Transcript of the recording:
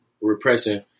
repressing